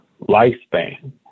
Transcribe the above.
lifespan